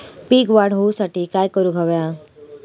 पीक वाढ होऊसाठी काय करूक हव्या?